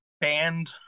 band